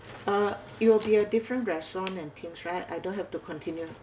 uh it will be a different restaurant and things right I don't have to continue